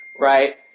right